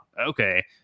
okay